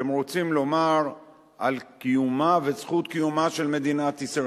אתם רוצים לומר על קיומה וזכות קיומה של מדינת ישראל,